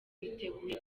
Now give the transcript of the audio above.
biteguye